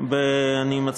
אפס נמנעים.